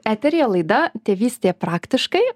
eteryje laida tėvystė praktiškai